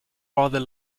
rather